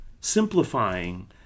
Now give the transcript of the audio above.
simplifying